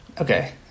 Okay